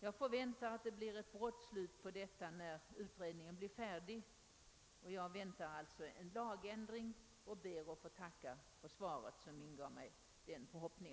Jag förväntar att det blir ett snabbt slut på nuvarande missförhållande när utredningen är färdig. Jag emotser alltså en lagändring och ber att än en gång få tacka för svaret, som ingav mig denna förhoppning.